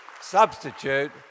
substitute